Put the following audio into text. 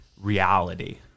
reality